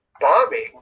bombing